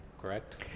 correct